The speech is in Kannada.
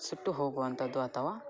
ಸುಟ್ಟು ಹೋಗುವಂಥದ್ದು ಅಥವಾ